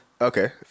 Okay